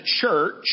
church